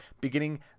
beginning